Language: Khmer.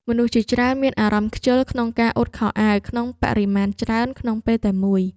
មនុស្សជាច្រើនមានអារម្មណ៍ខ្ជិលក្នុងការអ៊ុតខោអាវក្នុងបរិមាណច្រើនក្នុងពេលតែមួយ។